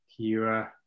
Kira